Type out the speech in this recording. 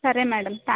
సరే మేడం థ్యా